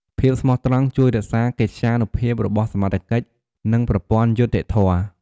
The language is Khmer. ភាពស្មោះត្រង់ជួយរក្សាកិត្យានុភាពរបស់សមត្ថកិច្ច និងប្រព័ន្ធយុត្តិធម៌។